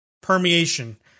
permeation